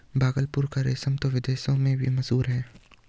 भागलपुर का रेशम तो विदेशों में भी मशहूर है